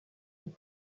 est